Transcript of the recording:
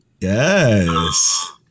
Yes